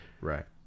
Right